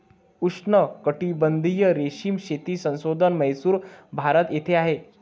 उष्णकटिबंधीय रेशीम शेती संशोधन म्हैसूर, भारत येथे आहे